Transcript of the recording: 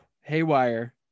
haywire